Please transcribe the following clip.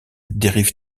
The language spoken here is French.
dérive